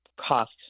cost